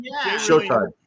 Showtime